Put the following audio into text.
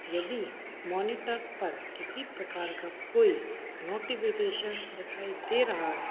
यदि मॉनिटर पर किसी प्रकार का कोई नोटिफ़िकेशन दिखाई दे रहा है